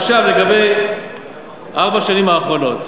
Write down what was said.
עכשיו, לגבי ארבע השנים האחרונות.